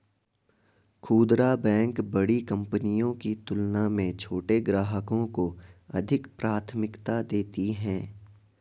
खूदरा बैंक बड़ी कंपनियों की तुलना में छोटे ग्राहकों को अधिक प्राथमिकता देती हैं